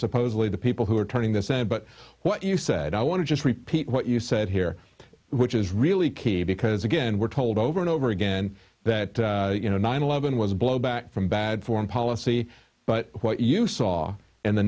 supposedly the people who are turning this and but what you said i want to just repeat what you said here which is really key because again we're told over and over again that you know nine eleven was a blowback from bad foreign policy but what you saw in the